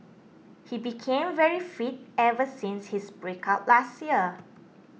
he became very fit ever since his breakup last year